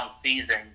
season